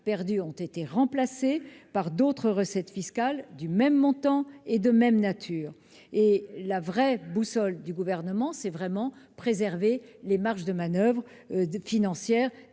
perdues ont été remplacées par d'autres recettes fiscales du même montant et de même nature. La boussole du Gouvernement est véritablement la préservation des marges de manoeuvre financières